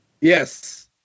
Yes